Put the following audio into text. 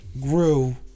grew